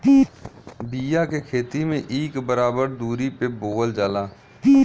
बिया के खेती में इक बराबर दुरी पे बोवल जाला